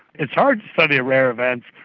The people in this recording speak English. it's hard to study rare events,